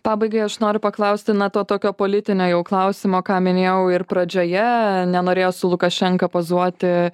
pabaigai aš noriu paklausti na to tokio politinio jau klausimo ką minėjau ir pradžioje nenorėjo su lukašenka pozuoti